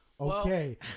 Okay